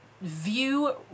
view